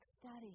study